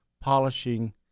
polishing